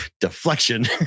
deflection